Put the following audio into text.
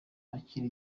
yakira